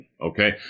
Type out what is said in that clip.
Okay